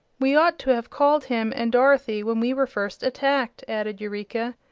we ought to have called him and dorothy when we were first attacked, added eureka.